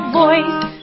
voice